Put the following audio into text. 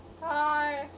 Hi